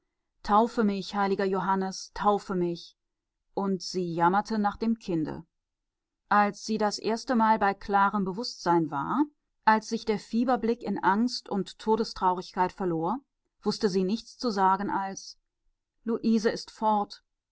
taufe mich heiliger johannes taufe mich und sie jammerte nach dem kinde als sie das erstemal bei klarem bewußtsein war als sich der fieberblick in angst und todestraurigkeit verlor wußte sie nichts zu sagen als luise ist fort